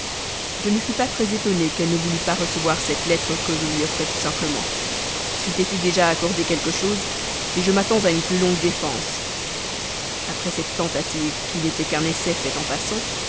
je ne fus pas très étonné qu'elle ne voulût pas recevoir cette lettre que je lui offrais tout simplement c'eût été déjà accorder quelque chose je m'attends à une plus longue défense après cette tentative qui n'était qu'un essai fait en passant